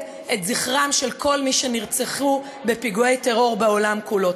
את זכרם של כל מי שנרצחו בפיגועי טרור בעולם כולו.